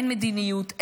אין מדיניות,